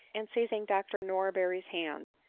and, seizing dr norberfy's hand,